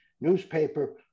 newspaper